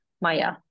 Maya